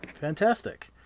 Fantastic